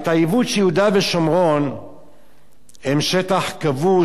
את העיוות שיהודה ושומרון הם שטח כבוש,